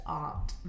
art